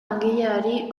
langileari